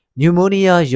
Pneumonia